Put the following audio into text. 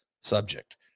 subject